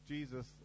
Jesus